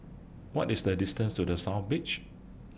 What IS The distance to The South Beach